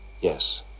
Yes